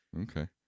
okay